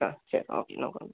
ആ ശരി ഓക്കെ നോക്കാം